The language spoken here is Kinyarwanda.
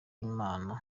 imana